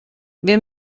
wir